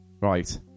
Right